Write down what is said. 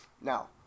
Now